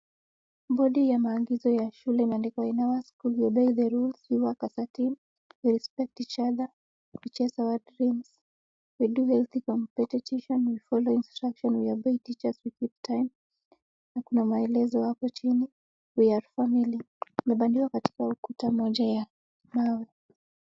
Bodi ya maagizo ya shule imeandikwa in our school, we obey the rules, we work as a team, we respect each other, we chase our dreams, we do healthy competition, we follow instruction, we obey teachers, we keep time na kuna maelezo hapo chini we are family imebandikwa katika ukuta moja ya ubao.